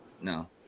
no